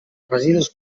residus